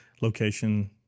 location